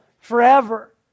forever